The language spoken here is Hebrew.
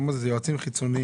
אתה אומר שהם יועצים חיצוניים?